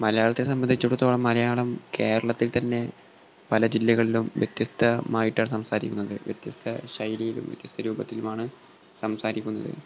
മലയാളത്തെ സംബന്ധിച്ചിടത്തോളം മലയാളം കേരളത്തിൽ തന്നെ പല ജില്ലകളിലും വ്യത്യസ്തമായിട്ടാണ് സംസാരിക്കുന്നത് വ്യത്യസ്ത ശൈലിയിലും വ്യത്യസ്ത രൂപത്തിലുമാണ് സംസാരിക്കുന്നത്